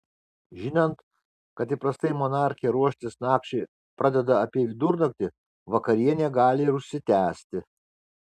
žinant kad įprastai monarchė ruoštis nakčiai pradeda apie vidurnaktį vakarienė gali ir užsitęsti